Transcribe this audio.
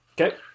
Okay